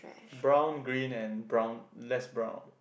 brown green and brown less brown